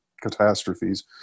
catastrophes